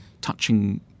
touching